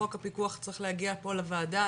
חוק הפיקוח צריך להגיע פה לוועדה,